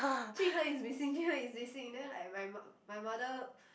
jun hen is missing jun hen is missing then I my my mother